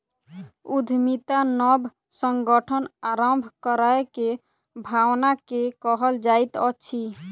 उद्यमिता नब संगठन आरम्भ करै के भावना के कहल जाइत अछि